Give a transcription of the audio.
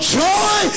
joy